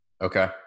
Okay